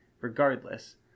regardless